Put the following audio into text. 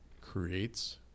creates